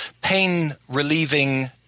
pain-relieving